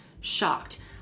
shocked